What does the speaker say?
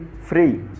free